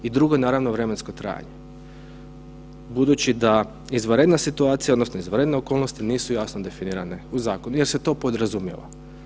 I drugo je naravno vremensko trajanje, budući da je izvanredna situacija odnosno izvanredne okolnosti nisu jasno definirane u zakonu jer se to podrazumijeva.